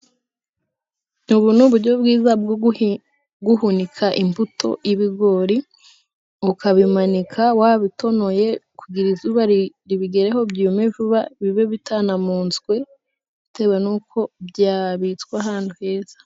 Ubu ni uburyo bwiza bwo guhunika imbuto y'ibigori, ukabimanika wabitonoye kugira izuba ribigereho byume vuba , bibe bitanamunzwe bitewe n'uko byabitswa, ahantu heza.